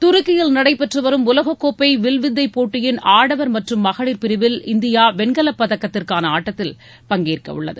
தருக்கியில் நடைபெற்றுவரும் உலக கோப்பை வில்வித்தை போட்டியின் ஆடவர் மற்றும் மகளிர் பிரிவில் இந்தியா வெண்கலப்பதக்கத்திற்கான ஆட்டத்தில் பங்கேற்க உள்ளது